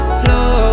flow